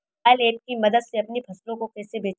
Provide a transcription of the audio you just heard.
Mobile app की मदद से अपनी फसलों को कैसे बेचें?